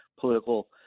political